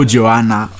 Joanna